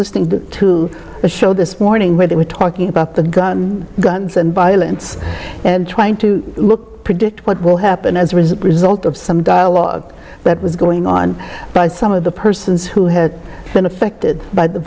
listening to the show this morning where they were talking about the gun guns and violence and trying to look predict what will happen as a result result of some dialogue that was going on by some of the persons who had been affected by the